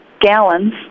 gallons